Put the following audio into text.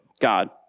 God